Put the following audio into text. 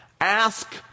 Ask